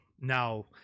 now